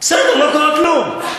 בסדר, לא קרה כלום.